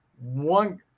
One